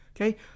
Okay